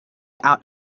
out